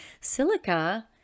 silica